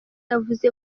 yavuze